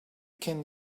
can